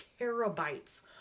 terabytes